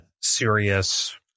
serious